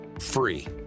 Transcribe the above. free